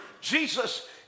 Jesus